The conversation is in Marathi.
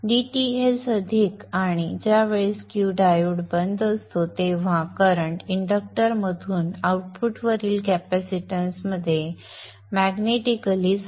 dTs अधिक आणि ज्या वेळेस Q डायोड बंद असतो तेव्हा करंट इंडक्टरमधून आउटपुटवरील कॅपॅसिटन्समध्ये मॅग्नेटिकली सोडला जातो